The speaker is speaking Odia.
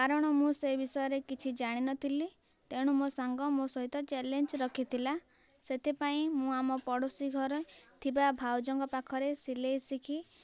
କାରଣ ମୁଁ ସେଇ ବିଷୟରେ କିଛି ଜାଣିନଥିଲି ତେଣୁ ମୋ ସାଙ୍ଗ ମୋ ସହିତ ଚ୍ୟାଲେଞ୍ଜ ରଖିଥିଲା ସେଥିପାଇଁ ମୁଁ ଆମ ପଡ଼ୋଶୀ ଘରେ ଥିବା ଭାଉଜଙ୍କ ପାଖରେ ସିଲେଇ ଶିଖି